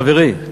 חברי,